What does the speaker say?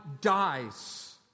dies